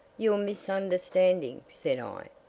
you're misunderstanding, said i.